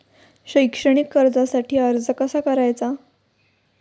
शैक्षणिक कर्जासाठी अर्ज कसा करायचा?